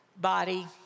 body